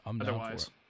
otherwise